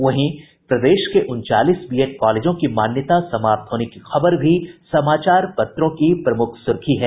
वहीं प्रदेश के उनचालीस बीएड कॉलेजों की मान्यता समाप्त होने की खबर भी समाचार पत्रों की प्रमुख सुर्खी है